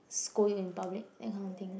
scold you in public that kind of thing